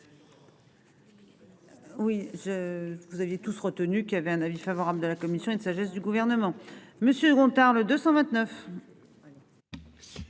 Oui je vous aviez tous retenus, qui avait un avis favorable de la commission de sagesse du gouvernement Monsieur Gontard le 229.